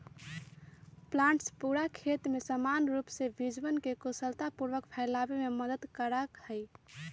planters पूरा खेत में समान रूप से बीजवन के कुशलतापूर्वक फैलावे में मदद करा हई